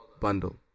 bundle